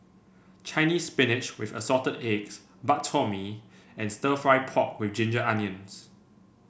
Chinese Spinach with Assorted Eggs Bak Chor Mee and stir fry pork with Ginger Onions